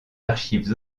archives